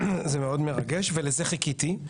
זה מאוד מרגש ולזה חיכיתי.